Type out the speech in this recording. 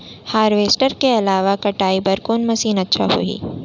Harvester के अलावा कटाई बर कोन मशीन अच्छा होही?